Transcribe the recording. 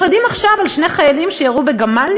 אנחנו יודעים עכשיו על שני חיילים שירו בגמל,